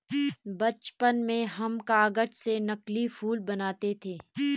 बचपन में हम कागज से नकली फूल बनाते थे